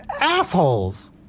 assholes